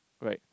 right